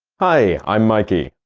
hi, i'm mikey.